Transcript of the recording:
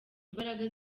imbaraga